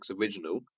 original